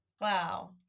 Wow